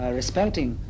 respecting